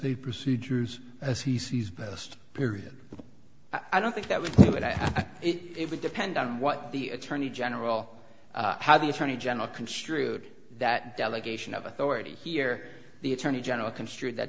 the procedures as he sees best period i don't think that would but it would depend on what the attorney general how the attorney general construed that delegation of authority here the attorney general construe that